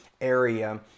area